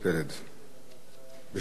בשם השר לביטחון פנים.